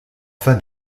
fin